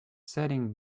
setting